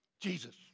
Jesus